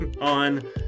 on